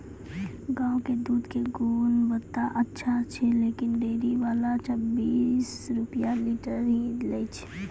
गांव के दूध के गुणवत्ता अच्छा छै लेकिन डेयरी वाला छब्बीस रुपिया लीटर ही लेय छै?